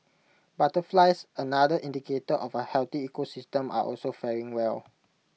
butterflies another indicator of A healthy ecosystem are also faring well